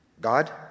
God